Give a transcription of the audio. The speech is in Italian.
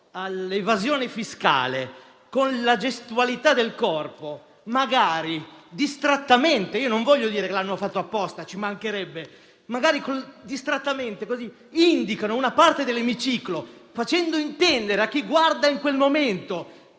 all'evasione fiscale, con la gestualità del corpo, magari distrattamente (perché non voglio dire che l'abbiano fatto apposta: ci mancherebbe), indicano una parte dell'emiciclo, facendo intendere, a chi guarda in quel momento,